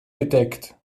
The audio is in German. gedeckt